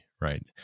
right